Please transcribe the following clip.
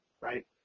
Right